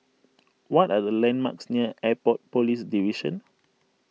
what are the landmarks near Airport Police Division